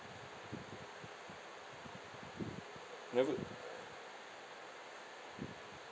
never